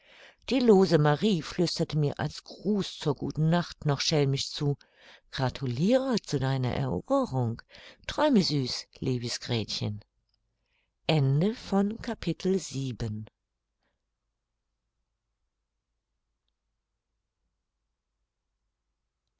die lose marie flüsterte mir als gruß zur guten nacht noch schelmisch zu gratulire zu deiner eroberung träume süß liebes gretchen